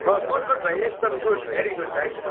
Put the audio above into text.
अँ good good भाइ एकदम गुड भेरी गुड भाइ